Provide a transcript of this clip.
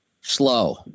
slow